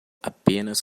apenas